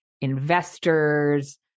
investors